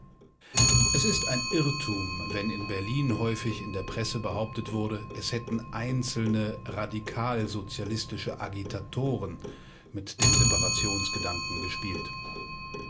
es ist ein irrtum wenn in berlin häufig in der presse behauptet wurde es hätten einzelne radikalsozialistische agitatoren mit dem separationsgedanken gespielt